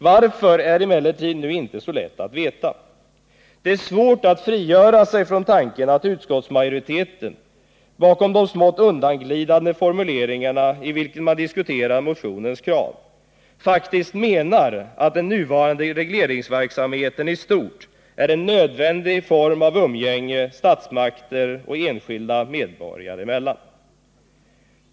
Varför är emellertid inte lätt att veta. Det är svårt att frigöra sig från tanken att utskottsmajoriteten bakom de smått undanglidande formuleringar, i vilka man diskuterar motionens krav, faktiskt menar att den nuvarande regleringsverksamheten i stort är en nödvändig form av umgänge statsmakter och enskilda medborgare emellan.